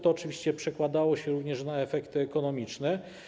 To oczywiście przekładało się również na efekty ekonomiczne.